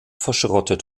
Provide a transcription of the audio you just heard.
verschrottet